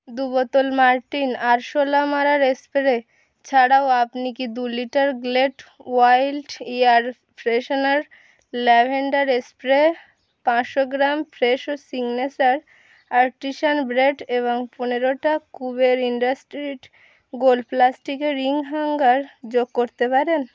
দু বোতল মরটিন আরশোলা মারার স্প্রে ছাড়াও আপনি কি দু litre glade wild air freshener lavender spray পাঁচশো gram fresho signature artisan bread এবং পনেরোটা কুবের ইন্ডাস্ট্রির গোল প্লাস্টিকের রিং হ্যাঙ্গার যোগ করতে পারেন